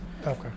Okay